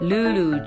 Lulu